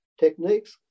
techniques